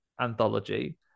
anthology